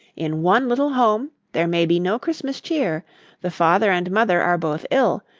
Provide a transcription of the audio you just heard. in one little home there may be no christmas cheer the father and mother are both ill.